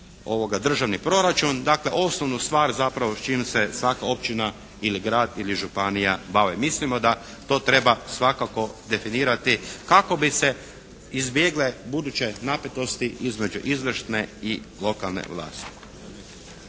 državni proračun? Dakle osnovnu stvar zapravo s čim se svaka općina ili grad ili županija bave. Mislimo da to treba svakako definirati kako bi se izbjegle buduće napetosti između izvršne i lokalne vlasti.